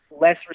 less